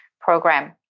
program